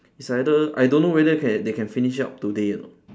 it's either I don't know whether can they can finish up today or not